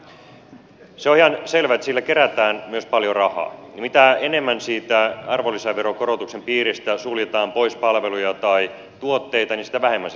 se on ihan selvä että sillä myös kerätään paljon rahaa ja mitä enemmän siitä arvonlisäveron korotuksen piiristä suljetaan pois palveluja tai tuotteita sitä vähemmän sillä saa rahaa